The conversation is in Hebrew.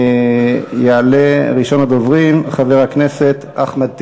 יעלה ראשון הדוברים, חבר הכנסת אחמד טיבי.